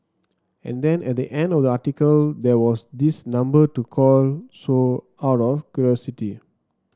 and then at the end of the article there was this number to call so out of curiosity